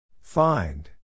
Find